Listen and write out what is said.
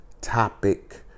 topic